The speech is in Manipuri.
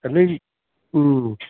ꯑꯥ ꯅꯣꯏꯒꯤ ꯎꯝ